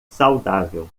saudável